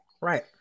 right